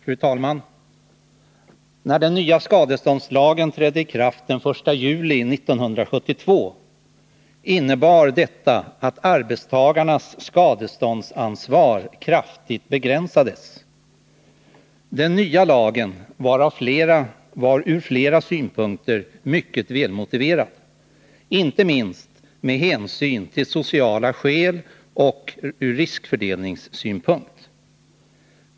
Fru talman! När den nya skadéståndslagen trädde i kraft den 1 juli 1972 innebar detta att arbetstagarnas skadeståndsansvar kraftigt begränsades. Den nya lagen var ur flera synpunkter mycket välmotiverad, inte minst med hänsyn till sociala skäl och ur riskfördelningssynpunkt.